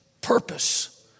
purpose